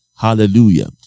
Hallelujah